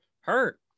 hurt